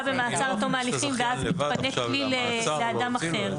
במעצר עד תום ההליכים ואז מתפנה כלי לאדם אחר,